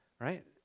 Right